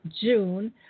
June